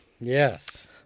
Yes